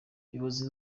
ubuyobozi